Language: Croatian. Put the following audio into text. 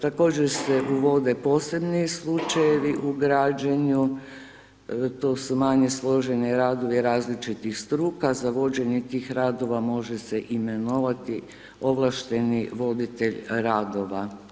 Također se uvode poslovni slučajevi u građenju, to su manje složeni radovi različitih struka, za vođenje tih radova može se imenovati ovlašteni voditelj radova.